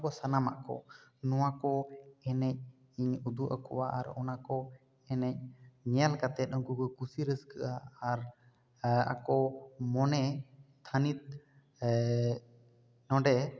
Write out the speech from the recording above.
ᱱᱚᱣᱟ ᱠᱚ ᱥᱟᱱᱟᱢᱟᱜ ᱠᱚ ᱱᱚᱣᱟ ᱠᱚ ᱮᱱᱮᱡ ᱤᱧ ᱩᱫᱩᱜ ᱟᱠᱚᱣᱟᱜ ᱟᱨ ᱚᱱᱟ ᱠᱚ ᱮᱱᱮᱡ ᱧᱮᱞ ᱠᱟᱛᱮ ᱩᱱᱠᱩ ᱠᱚ ᱠᱩᱥᱤ ᱨᱟᱹᱥᱠᱟᱹᱜᱼᱟ ᱟᱨ ᱟ ᱟᱠᱚ ᱢᱚᱱᱮ ᱛᱷᱟᱹᱱᱤᱛ ᱱᱚᱰᱮ